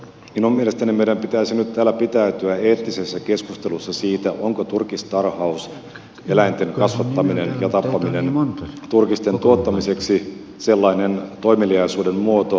minun mielestäni meidän pitäisi nyt täällä pitäytyä eettisessä keskustelussa siitä onko turkistarhaus eläinten kasvattaminen ja tappaminen turkisten tuottamiseksi sellainen toimeliaisuuden muoto joka voidaan hyväksyä